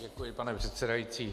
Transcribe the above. Děkuji, pane předsedající.